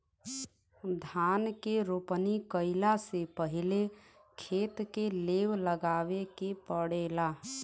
धान के रोपनी कइला से पहिले खेत के लेव लगावे के पड़ेला